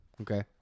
okay